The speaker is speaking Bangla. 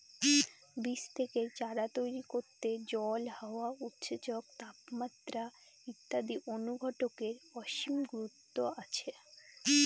বীজ থেকে চারা তৈরি করতে জল, হাওয়া, উৎসেচক, তাপমাত্রা ইত্যাদি অনুঘটকের অসীম গুরুত্ব আছে